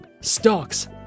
Stocks